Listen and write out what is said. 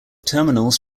terminals